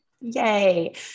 Yay